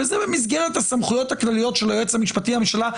וזה במסגרת הסמכויות הכלליות של היועץ המשפטי לממשלה,